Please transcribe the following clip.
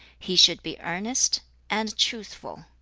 he should be earnest and truthful.